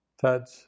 touch